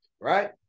right